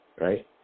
right